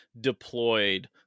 deployed